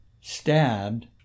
stabbed